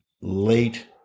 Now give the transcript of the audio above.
late